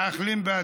מאחלים בהצלחה.